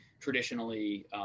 traditionally